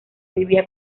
vivía